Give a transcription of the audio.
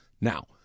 now